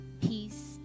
peace